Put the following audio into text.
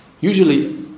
Usually